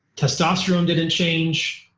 testosterone didn't change,